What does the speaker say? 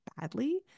badly